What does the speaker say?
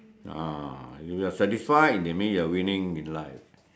ah you are satisfied that mean you are winning in life